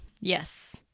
Yes